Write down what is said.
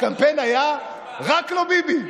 הקמפיין היה "רק לא ביבי".